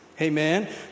Amen